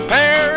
Pair